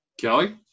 Kelly